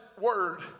word